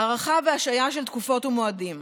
הארכה והשהיה של תקופות ומועדים,